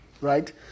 Right